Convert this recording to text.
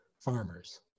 farmers